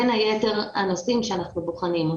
בין יתר הנושאים אותם אנחנו בוחנים.